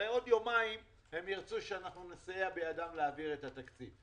הרי בעוד יומיים הם ירצו שנסייע בידם להעביר את התקציב,